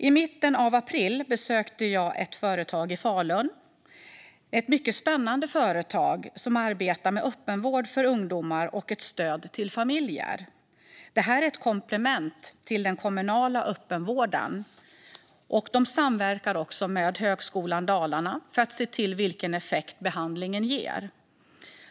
I mitten av april besökte jag ett företag i Falun - ett mycket spännande företag som arbetar med öppenvård för ungdomar och stöd till familjer. Detta är ett komplement till den kommunala öppenvården, och företaget samverkar med Högskolan Dalarna för att se vilken effekt behandlingen ger.